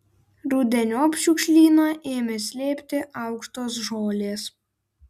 rudeniop šiukšlyną ėmė slėpti aukštos žolės